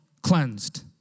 cleansed